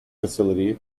facility